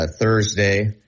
Thursday